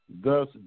Thus